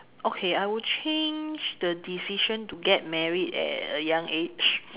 okay I would change the decision to get married at a young age